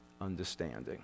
understanding